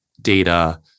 Data